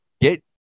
Get